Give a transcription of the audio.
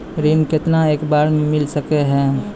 ऋण केतना एक बार मैं मिल सके हेय?